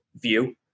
view